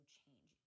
change